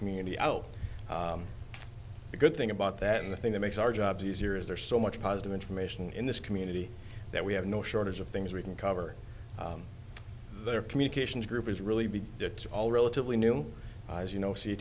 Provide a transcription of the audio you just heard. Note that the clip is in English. community out the good thing about that and the thing that makes our jobs easier is there's so much positive information in this community that we have no shortage of things we can cover their communications group is really big it's all relatively new as you know